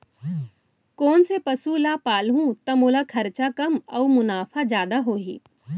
कोन से पसु ला पालहूँ त मोला खरचा कम अऊ मुनाफा जादा होही?